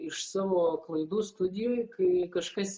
iš savo klaidų studijoj kai kažkas